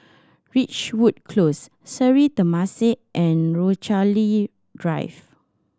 Ridgewood Close Sri Temasek and Rochalie Drive